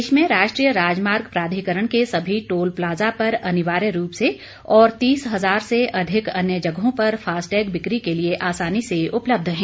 देश में राष्ट्रीय राजमार्ग प्राधिकरण के सभी टोल प्लाजा पर अनिवार्य रूप से और तीस हजार से अधिक अन्य जगहों पर फास्टैग बिक्री के लिए आसानी से उपलब्ध हैं